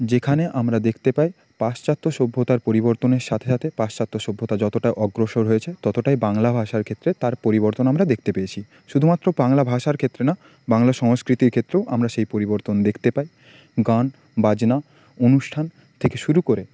যেখানে আমরা দেখতে পাই পাশ্চাত্য সভ্যতার পরিবর্তনের সাথে সাথে পাশ্চাত্য সভ্যতা যতটা অগ্রসর হয়েছে ততটাই বাংলা ভাষার ক্ষেত্রে তার পরিবর্তন আমরা দেখতে পেয়েছি শুধুমাত্র বাংলা ভাষার ক্ষেত্রে না বাংলা সংস্কৃতির ক্ষেত্রেও আমরা সেই পরিবর্তন দেখতে পাই গান বাজনা অনুষ্ঠান থেকে শুরু করে